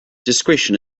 discretion